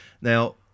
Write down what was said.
now